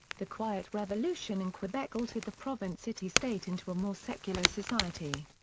the quiet revolution in quebec altered the province-city-state into a more secular society.